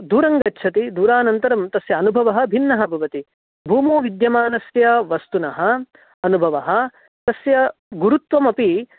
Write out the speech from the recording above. दूरं गच्छति दूरानन्तरं तस्य अनुभवः भिन्नः भवति भूमौ विद्यमानस्य वस्तुनः अनुभवः तस्य गुरुत्वमपि